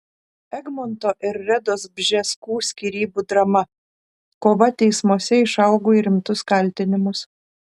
egmonto ir redos bžeskų skyrybų drama kova teismuose išaugo į rimtus kaltinimus